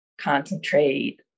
concentrate